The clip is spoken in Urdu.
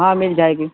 ہاں مل جائے گی